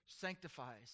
sanctifies